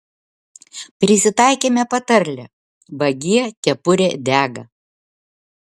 prisitaikėme patarlę vagie kepurė dega